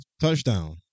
touchdown